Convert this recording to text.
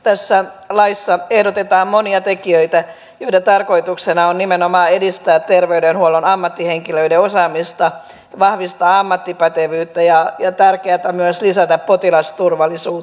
tässä laissa ehdotetaan monia tekijöitä joiden tarkoituksena on nimenomaan edistää terveydenhuollon ammattihenkilöiden osaamista vahvistaa ammattipätevyyttä ja tärkeätä on myös lisätä potilasturvallisuutta